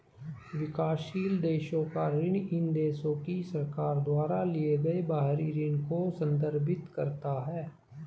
विकासशील देशों का ऋण इन देशों की सरकार द्वारा लिए गए बाहरी ऋण को संदर्भित करता है